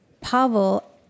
Pavel